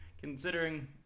considering